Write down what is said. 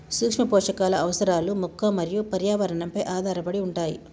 సూక్ష్మపోషకాల అవసరాలు మొక్క మరియు పర్యావరణంపై ఆధారపడి ఉంటాయి